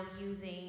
using